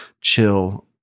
chill